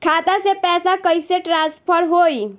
खाता से पैसा कईसे ट्रासर्फर होई?